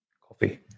Coffee